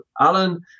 Alan